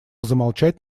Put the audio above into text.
замолчать